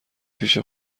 پیش